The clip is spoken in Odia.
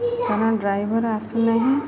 କାରଣ ଡ୍ରାଇଭର ଆସିଲାନି